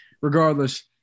regardless